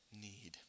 need